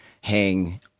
hang